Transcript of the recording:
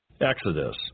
Exodus